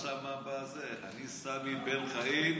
אני, סמי בן-חיים,